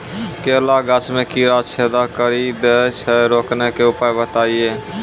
केला गाछ मे कीड़ा छेदा कड़ी दे छ रोकने के उपाय बताइए?